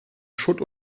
schutt